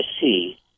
see